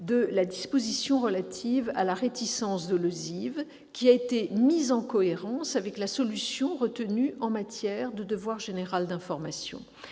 de la disposition relative à la réticence dolosive, qui a été mise en cohérence avec la solution retenue en matière de devoir général d'information.